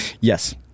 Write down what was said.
Yes